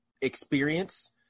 experience